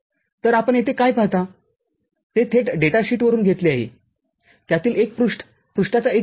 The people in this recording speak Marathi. तर आपण येथे काय पाहता ते थेट डेटा शीटवरून घेतले आहे त्यातील एक पृष्ठ पृष्ठाचा एक भाग आहे